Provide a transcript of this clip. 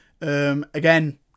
Again